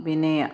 വിനയ